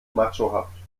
machohaft